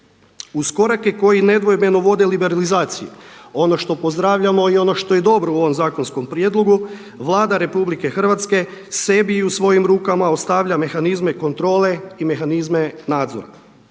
Uz korake koji nedvojbeno vode liberalizaciji ono što pozdravljamo i ono što je dobro u ovom zakonskom prijedlogu Vlada RH sebi i svojim rukama ostavlja mehanizme kontrole i mehanizme nadzora.